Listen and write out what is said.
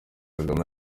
kagame